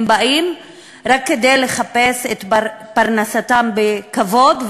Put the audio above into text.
הם באים רק כדי לחפש את פרנסתם בכבוד,